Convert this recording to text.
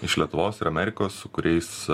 iš lietuvos ir amerikos su kuriais